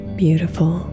beautiful